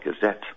Gazette